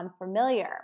unfamiliar